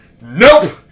Nope